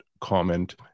comment